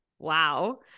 Wow